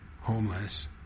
homeless